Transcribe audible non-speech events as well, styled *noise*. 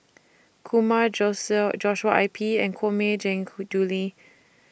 Kumar *unintelligible* Joshua I P and Koh Mui *unintelligible* Julie